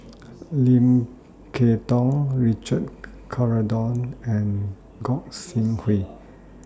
Lim Kay Tong Richard Corridon and Gog Sing Hooi